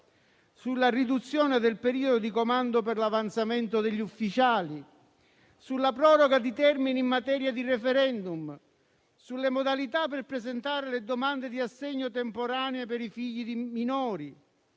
sulla riduzione del periodo di comando per l'avanzamento degli ufficiali, sulla proroga di termini in materia di *referendum*, sulle modalità per presentare le domande di assegno temporaneo per i figli minori,